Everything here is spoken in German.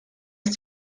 ist